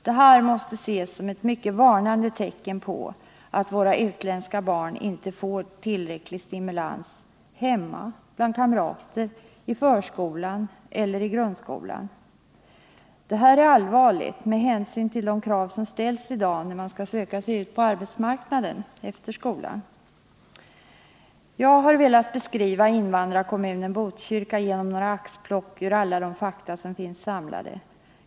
Detta måste ses som ett mycket varnande tecken på att våra utländska barn inte får tillräcklig stimulans hemma, bland kamrater, i förskolan eller i grundskolan. Det här är allvarligt med hänsyn till de krav som ställs i dag, när man efter skolans slut skall söka sig ut på arbetsmarknaden. Jag har velat beskriva invandrarkommunen Botkyrka genom några axplock bland alla de fakta som finns samlade.